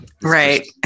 Right